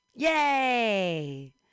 Yay